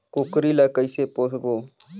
कूकरी ला कइसे पोसबो?